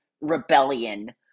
rebellion